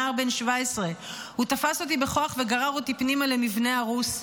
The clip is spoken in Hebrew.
נער בן 17. הוא תפס אותי בכוח וגרר אותי פנימה למבנה הרוס.